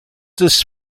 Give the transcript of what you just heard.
des